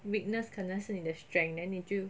weakness 可能是你的 strength then 你就